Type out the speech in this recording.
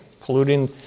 polluting